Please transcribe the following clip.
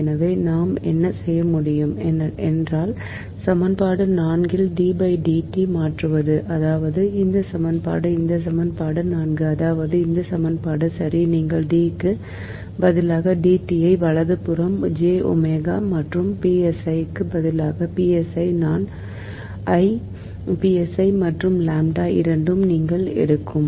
எனவே நாம் என்ன செய்ய முடியும் என்றால் சமன்பாடு 4 இல் மாற்றுவது அதாவது இந்த சமன்பாடு இந்த சமன்பாடு 4 அதாவது இந்த சமன்பாடு சரி நீங்கள் D க்கு பதிலாக D t ஐ வலதுபுறம் j omega மற்றும் psi க்கு பதிலாக psi I சொன்னேன் psi மற்றும் lambda இரண்டும் நீங்கள் எடுப்பீர்கள்